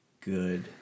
good